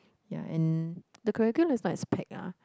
ya and the curriculum is not as pack ah